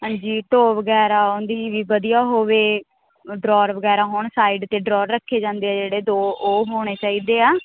ਹਾਂਜੀ ਢੋਅ ਵਗੈਰਾ ਉਨ ਦੀ ਵੀ ਵਧੀਆ ਹੋਵੇ ਡਰੋਰ ਵਗੈਰਾ ਹੋਣ ਸਾਈਡ ਤੇ ਡਰੋਰ ਰੱਖੇ ਜਾਂਦੇ ਐ ਜਿਹੜੇ ਦੋ ਉਹ ਹੋਣੇ ਚਾਹੀਦੇ ਆ